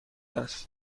است